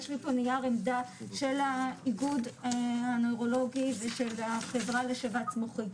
יש לי פה נייר עמדה של האיגוד הנוירולוגי ושל החברה לשבץ מוחי,